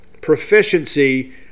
proficiency